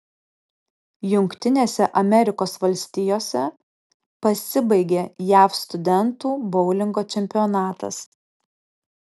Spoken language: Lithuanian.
jungtinėse amerikos valstijose pasibaigė jav studentų boulingo čempionatas